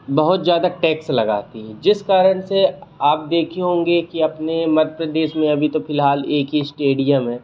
बहुत ज़्यादा टैक्स लगाती है जिस कारण से आप देखे होंगे कि अपने मध्य प्रदेश में अभी तो फिलहाल एक ही स्टेडियम है